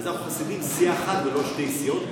אז אנחנו חסידים של סיעה אחת ולא שתי סיעות,